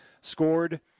scored